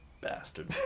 Bastard